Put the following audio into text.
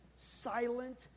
silent